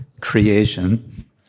creation